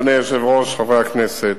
אדוני היושב-ראש, חברי הכנסת,